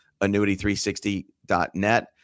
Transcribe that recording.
annuity360.net